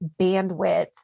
bandwidth